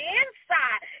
inside